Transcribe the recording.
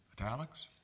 italics